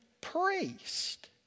priest